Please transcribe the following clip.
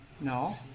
No